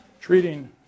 treating